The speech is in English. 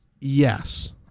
yes